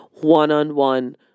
one-on-one